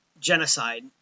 genocide